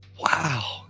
Wow